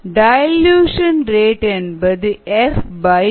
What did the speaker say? dilution rate என்பது FV